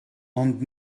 ond